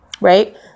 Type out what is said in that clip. right